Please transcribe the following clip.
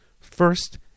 First